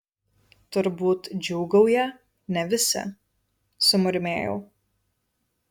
turbūt džiūgauja ne visi sumurmėjau